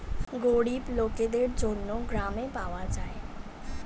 গরিব লোকদের জন্য গ্রামে পাওয়া যায়